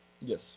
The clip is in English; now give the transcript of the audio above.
Yes